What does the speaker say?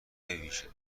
بویژه